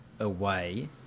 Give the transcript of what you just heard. away